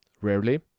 rarely